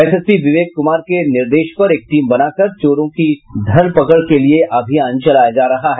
SSP Vivek Kumar के निर्देश पर एक टीम बनाकर चोरों की धड़ पकड़ के लिए अभियान चलाया जा रहा है